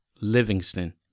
Livingston